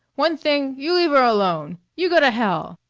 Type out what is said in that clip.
one thing you leave her alone. you go to hell!